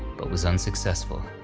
but was unsuccessful.